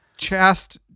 Chast